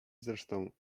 zresztą